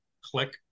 Click